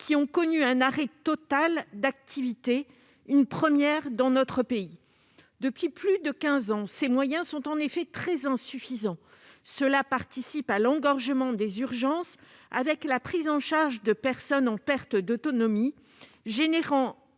ont connu un arrêt total d'activité, une première dans notre pays. Depuis plus de quinze ans, ces moyens sont en effet très insuffisants. Cela participe de l'engorgement des urgences, notamment la prise en charge des personnes en perte d'autonomie, suscitant